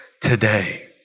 today